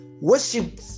worship